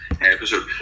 Episode